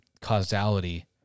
causality